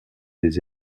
des